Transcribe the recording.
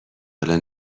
حالا